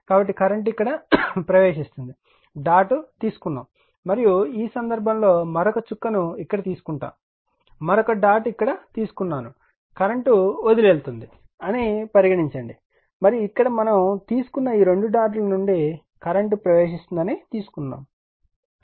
కాబట్టి కరెంట్ ఇక్కడ ప్రవేశిస్తోంది డాట్ తీసుకోబడింది మరియు ఈ సందర్భంలో మరొక చుక్కను ఇక్కడ తీసుకుంటాను మరొక డాట్ ఇక్కడ తీసుకోబడింది కరెంట్ వదిలి వెళ్తుంది అని పరిగణించండి మరియు ఇక్కడ మనం తీసుకున్న ఈ రెండు డాట్ ల నుండి కరెంట్ ప్రవేశిస్తుందని తీసుకోబడింది